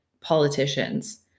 politicians